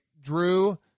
drew